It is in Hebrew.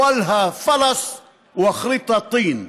אוולהא פלס ואאח'רהא טין,